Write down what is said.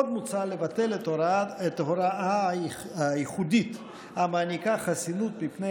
עוד מוצע לבטל את ההוראה הייחודית המעניקה חסינות מפני